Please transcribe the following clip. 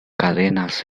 cadenas